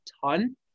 ton